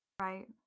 Right